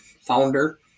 founder